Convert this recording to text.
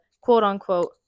quote-unquote